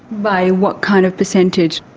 by what kind of percentage?